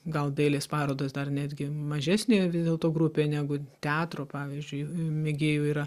gal dailės parodos dar netgi mažesnė vis dėlto grupė negu teatro pavyzdžiui mėgėjų yra